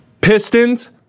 Pistons